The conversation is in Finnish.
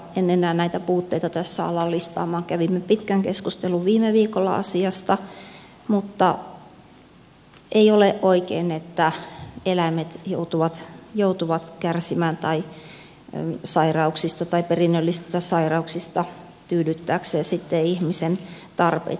en enää näitä puutteita tässä ala listaamaan kävimme pitkän keskustelun viime viikolla asiasta mutta ei ole oikein että eläimet joutuvat kärsimään sairauksista tai perinnöllisistä sairauksista tyydyttääkseen ihmisten tarpeita